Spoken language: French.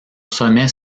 sommet